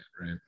right